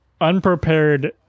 Unprepared